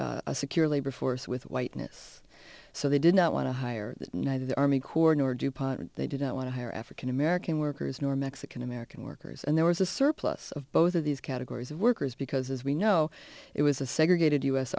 created a secure labor force with whiteness so they did not want to hire the night of the army corps nor do pot they did not want to hire african american workers nor mexican american workers and there was a surplus of both of these categories of workers because as we know it was a segregated u